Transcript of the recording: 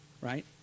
right